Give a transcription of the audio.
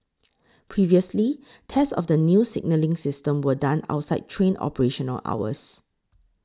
previously tests of the new signalling system were done outside train operational hours